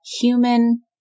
human